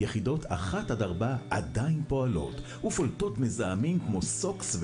יחידות 1 עד 4 היו אמורות להפסיק לעבוד וזאת משום שהן